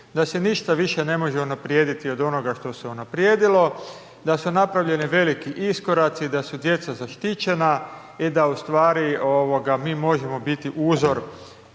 da se ništa više ne može unaprijediti od onoga što se unaprijedilo, da su napravljeni veliki iskoraci, da su djeca zaštićena i da u stvari ovoga mi možemo biti uzor